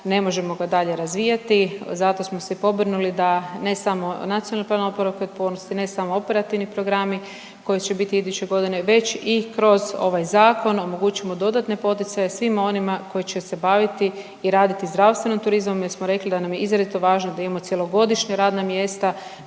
ne možemo ga dalje razvijati. Zato smo se pobrinuli da ne samo Nacionalni plan oporavka i otpornosti, ne samo operativni programi koji će bit iduće godine već i kroz ovaj zakon, omogućimo dodatne poticaje svima onima koji će se baviti i raditi zdravstvenom turizmom, jer smo rekli da nam je izrazito važno da imamo cjelogodišnja radna mjesta.